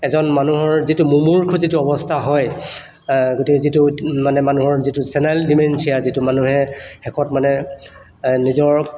এজন মানুহৰ যিটো মুমূৰ্ষু যিটো অৱস্থা হয় গতিকে যিটো মানে মানুহৰ যিটো চেনাইল ডিমেন্সিয়া যিটো মানুহে শেষত মানে নিজৰ